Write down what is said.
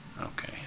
Okay